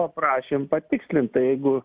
paprašėm patikslint tai jeigu